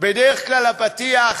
בדרך כלל הפתיח